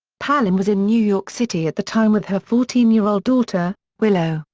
palin was in new york city at the time with her fourteen year-old daughter, willow,